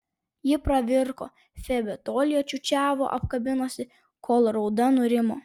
ji pravirko febė tol ją čiūčiavo apkabinusi kol rauda nurimo